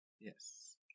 Yes